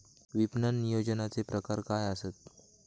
विपणन नियोजनाचे प्रकार काय आसत?